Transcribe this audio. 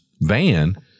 van